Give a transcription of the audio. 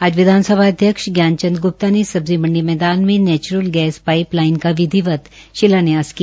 आज विधानसभा अध्यक्ष ज्ञानचंद ग्प्ता ने सब्जी मंडी मैदान में नेच्रल गैस पाईप लाईन का विधिवत शिलांन्यास किया